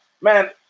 Man